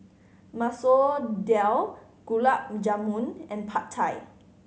Masoor Dal Gulab Jamun and Pad Thai